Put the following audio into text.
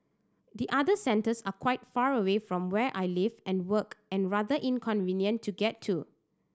the other centres are quite far away from where I live and work and rather inconvenient to get to